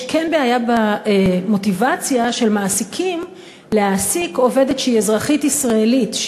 יש בעיה במוטיבציה של מעסיקים להעסיק עובדת שהיא אזרחית ישראלית,